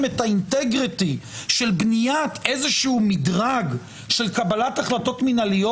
אינטגריטי של בניית איזשהו מדרג של קבלת החלטות מינהליות,